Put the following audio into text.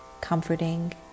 comforting